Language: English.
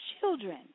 children